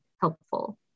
helpful